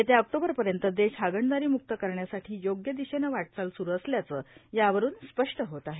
येत्या ऑक्टोबरपर्यंत देश हागणदारीमुक्त करण्यासाठी योग्य दिशेनं वाटचाल सुरू असल्याचं यावरुन स्पष्ट होत आहे